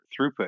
throughput